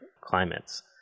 climates